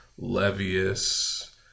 Levius